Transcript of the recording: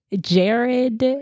jared